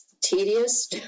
tedious